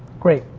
great,